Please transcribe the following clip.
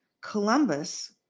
Columbus